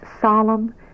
solemn